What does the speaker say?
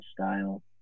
style